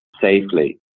safely